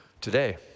today